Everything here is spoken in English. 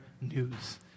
news